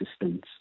assistance